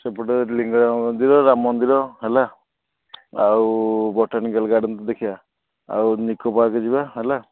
ସେପଟେ ଲିଙ୍ଗରାଜ ମନ୍ଦିର ରାମ ମନ୍ଦିର ହେଲା ଆଉ ବୋଟାନିକାଲ୍ ଗାର୍ଡ଼େନ୍ ତ ଦେଖିବା ଆଉ ନିକୋ ପାର୍କ୍ ଯିବା ହେଲା